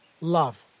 love